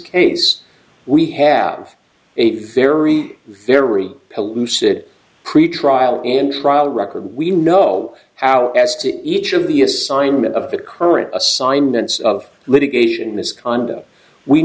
case we have a very very elusive pretrial and trial record we know how as to each of the assignment of the current assignments of litigation misconduct we